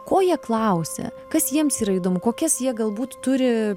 ko jie klausia kas jiems yra įdomu kokias jie galbūt turi